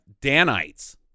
Danites